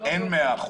אין 100 אחוזים.